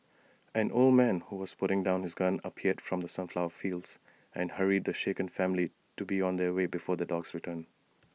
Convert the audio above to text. an old man who was putting down his gun appeared from the sunflower fields and hurried the shaken family to be on their way before the dogs return